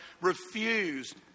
refused